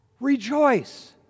Rejoice